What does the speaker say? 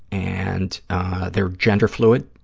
and they're gender fluid,